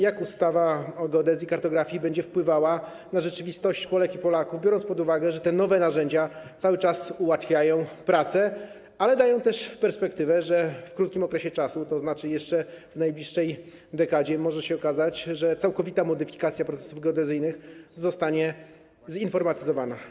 Jak ustawa o geodezji i kartografii będzie wpływała na rzeczywistość Polek i Polaków, biorąc pod uwagę, że te nowe narzędzia cały czas ułatwiają prace, ale dają też perspektywę, że w krótkim czasie, tzn. jeszcze w najbliższej dekadzie, może się okazać, że całkowita modyfikacja procesów geodezyjnych zostanie zinformatyzowana?